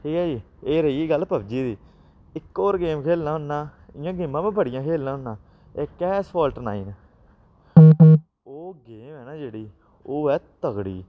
ठीक ऐ जी एह् रेही गल्ल पबजी दी इक होर गेम खेलना होन्ना इ'यां गेमां में बड़ियां खेलना होन्ना इक ऐ फोल्ट नाइन ओह् गेम ऐ ना जेह्ड़ी ओह् ऐ तगड़ी